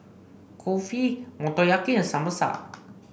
Kulfi Motoyaki and Samosa